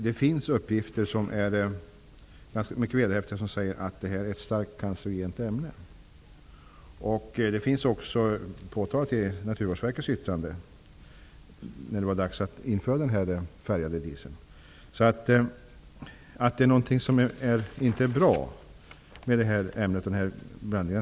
Det finns mycket vederhäftiga uppgifter som säger att detta är ett starkt cancerogent ämne, vilket också påtalades i Naturvårdsverkets yttrande när det var aktuellt att införa den färgade dieseln. Det står alltså klart att det finns någonting som inte är bra med denna blandning.